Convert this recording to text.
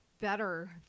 better